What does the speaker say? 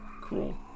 Cool